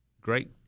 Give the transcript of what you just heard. great